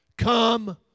Come